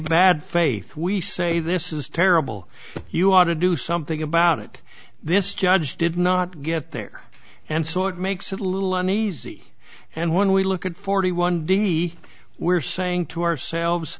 bad faith we say this is terrible you ought to do something about it this judge did not get there and so it makes it a little uneasy and when we look at forty one d we're saying to ourselves